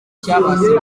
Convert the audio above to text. cyubatse